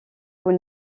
vous